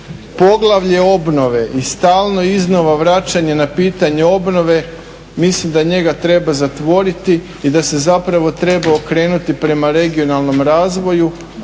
poglavlje obnove i stalno, iznova vraćanje na pitanje obnove mislim da njega treba zatvoriti i da se zapravo treba okrenuti prema regionalnom razvoju